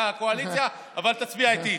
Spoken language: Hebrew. אתה מהקואליציה, אבל תצביע איתי.